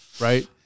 right